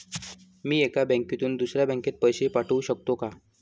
मी एका बँकेतून दुसऱ्या बँकेत पैसे पाठवू शकतो का?